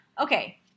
Okay